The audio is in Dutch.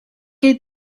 eet